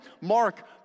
Mark